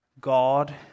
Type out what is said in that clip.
God